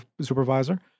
supervisor